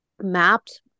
mapped